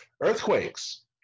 Earthquakes